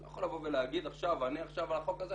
הוא לא יכול לבוא ולהגיד אני מתעלם עכשיו מהחוק הזה.